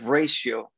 ratio